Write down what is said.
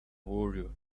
warrior